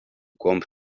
głąb